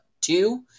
two